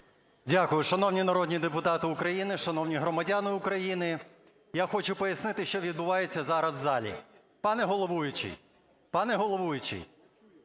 Дякую. Шановні народні депутати України, шановні громадяни України, я хочу пояснити, що відбувається зараз в залі. Пане головуючий,